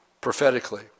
prophetically